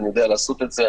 שהן יודעות לעשות את זה,